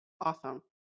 Awesome